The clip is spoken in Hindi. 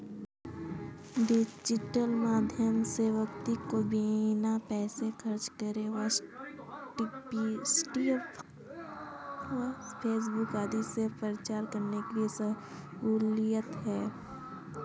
डिजिटल माध्यम से व्यक्ति को बिना पैसे खर्च किए व्हाट्सएप व फेसबुक आदि से प्रचार करने में सहूलियत है